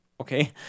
okay